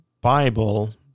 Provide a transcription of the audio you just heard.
Bible